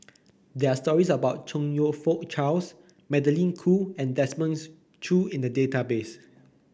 there are stories about Chong You Fook Charles Magdalene Khoo and Desmond Choo in the database